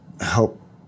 help